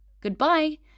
Goodbye